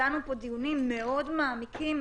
ודנו פה דיונים מאוד מעמיקים,